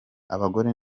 abagore